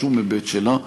בשום היבט שלה.